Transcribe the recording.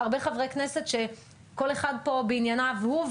הרבה חברי כנסת שכל אחד פה בענייניו הוא,